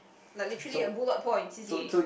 like literally a bullet point C_C_A